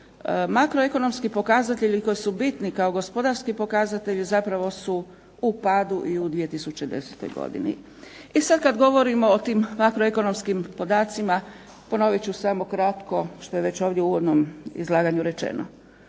makroekonomski pokazatelji koji su bitni kao gospodarski pokazatelji zapravo su u padu i 2010. godini. I sada kada govorimo o tim makroekonomskim podacima ponovit ću samo kratko što je već u ovom uvodnom izlaganju rečeno.